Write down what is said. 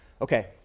Okay